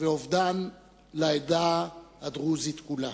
ואובדן לעדה הדרוזית כולה.